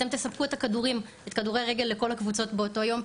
אתם תספקו את כדורי הרגל לכל הקבוצות באותו היום,